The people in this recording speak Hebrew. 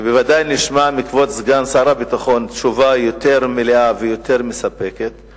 בוודאי נשמע מכבוד שר הביטחון תשובה מלאה יותר ומספקת יותר.